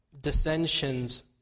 dissensions